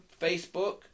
Facebook